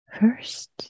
First